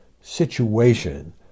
situation